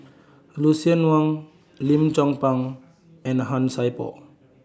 Lucien Wang Lim Chong Pang and Han Sai Por